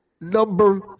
number